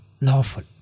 lawful